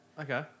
Okay